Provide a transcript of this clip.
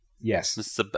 Yes